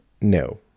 No